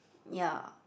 ya